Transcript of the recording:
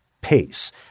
pace